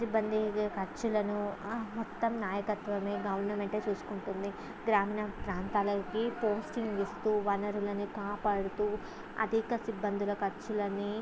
సిబ్బందికయ్యే ఖర్చులను మొత్తం నాయకత్వమే గవర్నమెంట్ చూసుకుంటుంది గ్రామీణ ప్రాంతాలకి పోస్టింగ్ ఇస్తూ వనరులను కాపాడుతూ అధిక సిబ్బందుల ఖర్చులన్నీ